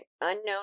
unknown